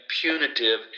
punitive